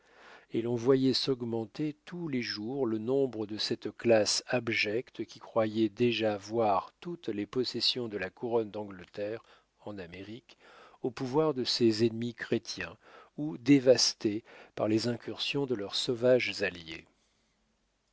et l'on voyait s'augmenter tous les jours le nombre de cette classe abjecte qui croyait déjà voir toutes les possessions de la couronne d'angleterre en amérique au pouvoir de ses ennemis chrétiens ou dévastées par les incursions de leurs sauvages alliés